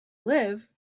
live